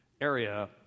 area